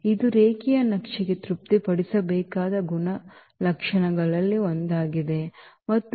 ಇದು ರೇಖೀಯ ನಕ್ಷೆಗೆ ತೃಪ್ತಿಪಡಿಸಬೇಕಾದ ಗುಣಲಕ್ಷಣಗಳಲ್ಲಿ ಒಂದಾಗಿದೆ ಮತ್ತು ಎರಡನೆಯದು